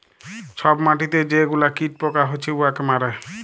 ছব মাটিতে যে গুলা কীট পকা হছে উয়াকে মারে